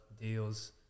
deals